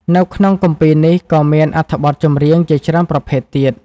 នៅក្នុងគម្ពីរនេះ ក៏មានអត្ថបទចម្រៀងជាច្រើនប្រភេទទៀត។